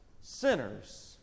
sinners